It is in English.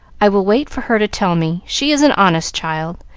i will wait for her to tell me. she is an honest child,